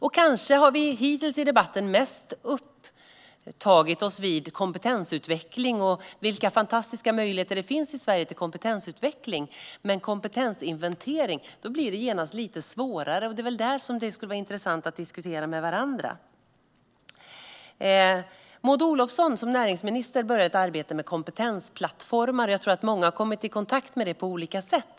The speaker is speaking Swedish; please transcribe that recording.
Kanske har vi hittills i debatten mest uppehållit oss vid kompetensutveckling och vilka fantastiska möjligheter till detta det finns i Sverige, men med kompetensinventering blir det genast lite svårare. Det är väl det som vore intressant att diskutera med varandra. Maud Olofsson påbörjade ett arbete med kompetensplattformar när hon var näringsminister. Jag tror att många har kommit i kontakt med detta på olika sätt.